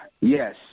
Yes